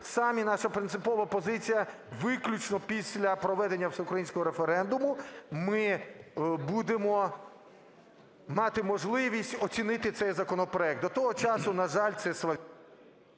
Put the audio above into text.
самі, наша принципова позиція – виключно після проведення всеукраїнського референдуму ми будемо мати можливість оцінити цей законопроект. До того часу, на жаль, це...